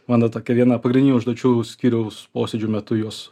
mano tokia viena pagrindinių užduočių skyriaus posėdžių metu juos